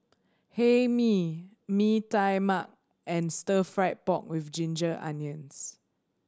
Hae Mee Mee Tai Mak and Stir Fried Pork With Ginger Onions